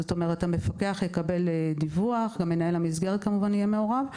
זאת אומרת שהמפקח יקבל דיווח וגם מנהל המסגרת יהיה מעורב.